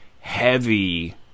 heavy